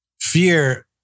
fear